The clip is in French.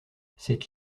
cette